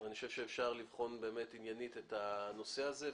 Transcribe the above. ואני חושב שאפשר לבחון עניינית את הנושא הזה.